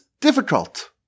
difficult